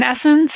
essence